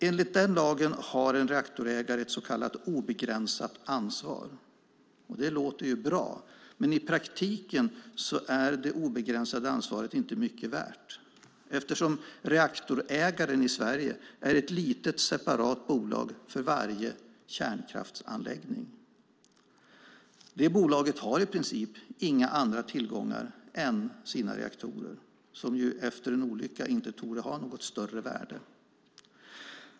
Enligt den lagen har en reaktorägare ett så kallat obegränsat ansvar. Det låter bra, men i praktiken är det obegränsade ansvaret inte mycket värt eftersom reaktorägaren i Sverige är ett litet separat bolag för varje kärnkraftsanläggning. Det bolaget har i princip inga andra tillgångar än sina reaktorer, som ju efter en olycka inte torde ha något större värde.